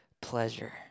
pleasure